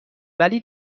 ولی